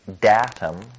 datum